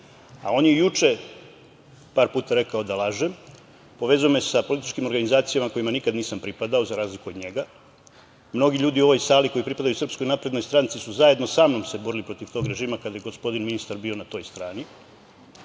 je juče par puta rekao da lažem, povezao me je sa političkim organizacijama kojima nikada nisam pripadao, za razliku od njega. Mnogi ljudi u ovoj sali koji pripadaju SNS su se zajedno sa mnom borili protiv tog režima kada je gospodin ministar bio na toj strani